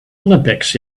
olympics